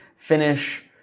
finish